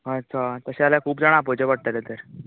हय तर तशे जाल्यार खूब जाणांक आपोवचे पडटले तर